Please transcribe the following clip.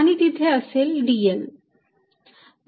आणि तिथे असेल dl